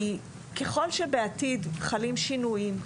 כי ככל שבעתיד חלים שינויים,